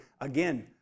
Again